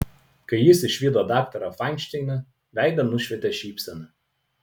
kai jis išvydo daktarą fainšteiną veidą nušvietė šypsena